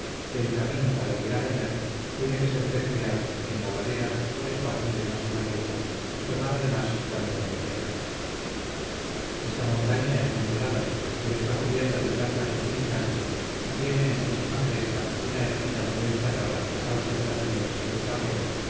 que el camino para llegar allá tiene que serpentear en la ladera por espacio de más de una legua y tomar además grandes rodeos esta montaña es muy pelada pero está cubierta de plantas medicinales y tiene en su misma cresta una ermita medio enterrada a causa de las nieves y